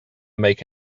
make